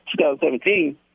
2017